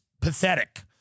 pathetic